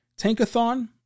Tankathon